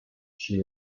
she